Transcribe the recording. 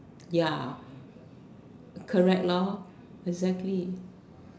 ya correct exactly